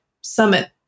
summit